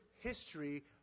history